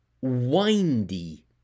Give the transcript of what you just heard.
windy